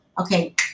okay